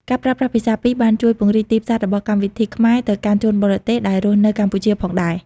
ការប្រើប្រាស់ភាសាពីរបានជួយពង្រីកទីផ្សាររបស់កម្មវិធីខ្មែរទៅកាន់ជនបរទេសដែលរស់នៅកម្ពុជាផងដែរ។